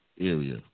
Area